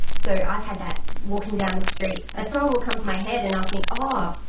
so i've had that walking down the street, a song will come to my head and i think, oh,